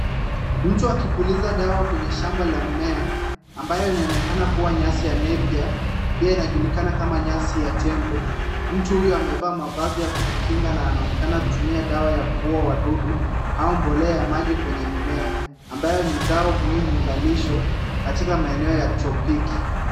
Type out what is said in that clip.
Mtu akipuliza dawa kwenye shamba la mimea, ambayo inaonekana kuwa nyasi ya nepia pia inajulikana kama nyasi ya tembo. Mtu huyu amevaa mavazi ya kujikinga na anaonekana kutumia dawa ya kuua wadudu au mbolea ya maji kwenye mimea ambayo ni zao muhimu la lisho katika maeneo ya tropiki.